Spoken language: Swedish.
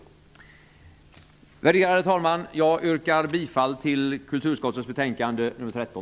Värderade talman! Jag yrkar bifall till hemställan i kulturutskottets betänkande nr 13.